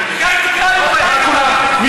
אני מודיע לך את